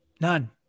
none